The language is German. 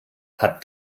hat